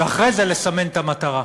ואחרי זה לסמן את המטרה.